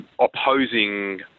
opposing